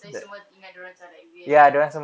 dia semua ingat dia orang macam like weird